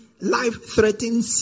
life-threatening